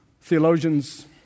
theologians